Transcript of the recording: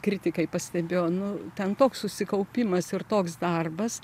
kritikai pastebėjo nu ten toks susikaupimas ir toks darbas